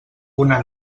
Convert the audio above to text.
una